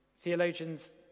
theologians